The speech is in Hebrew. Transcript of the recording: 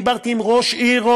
דיברתי עם ראש עיר,